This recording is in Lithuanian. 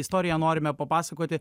istoriją norime papasakoti